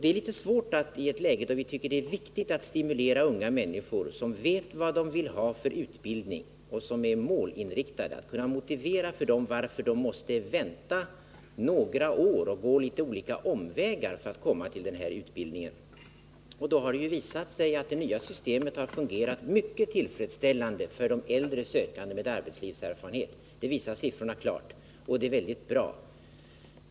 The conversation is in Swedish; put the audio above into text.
Det är litet svårt att i ett läge där vi tycker det är viktigt att stimulera unga människor som vet vilken utbildning de vill ha och som är målinriktade motivera varför de måste vänta några år och gå olika omvägar för att kunna komma till den här utbildningen. Det har visat sig — det säger siffrorna klart — att det nya systemet har fungerat mycket mer tillfredsställande för äldre sökande med arbetslivserfarenhet. Det är väldigt bra.